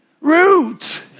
root